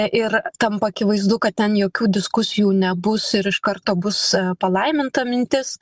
ir tampa akivaizdu kad ten jokių diskusijų nebus ir iš karto bus palaiminta mintis